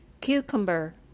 cucumber